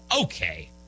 Okay